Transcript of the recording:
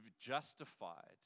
justified